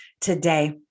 today